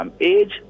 age